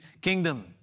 kingdom